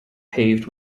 paved